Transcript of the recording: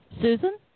susan